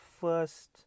first